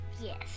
Yes